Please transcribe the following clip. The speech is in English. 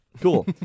cool